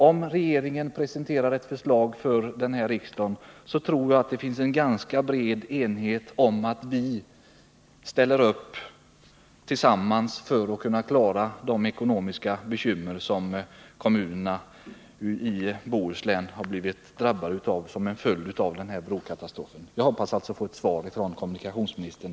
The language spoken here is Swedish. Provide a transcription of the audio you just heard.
Om regeringen presenterar ett förslag för riksdagen, så tror jag att det finns en ganska bred enighet om att vi tillsammans skall ställa upp för att kunna klara de ekonomiska bekymmer som kommunerna i Bohuslän har blivit drabbade av som en följd av brokatastrofen.